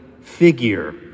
figure